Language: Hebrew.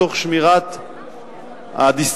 תוך שמירת הדיסציפלינה,